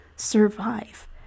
survive